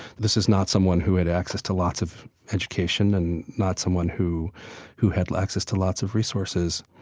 this is not someone who had access to lots of education and not someone who who had access to lots of resources.